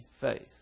faith